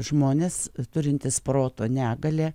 žmonės turintys proto negalią